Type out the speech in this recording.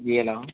جی hello